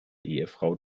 ehefrau